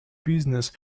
business